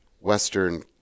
Western